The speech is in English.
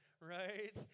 right